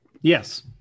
Yes